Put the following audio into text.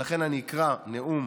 ולכן אני אקרא נאום